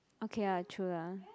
okay ah true lah